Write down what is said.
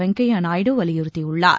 வெங்கையாநாயுடு வலியுறுத்தியுள்ளார்